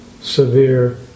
severe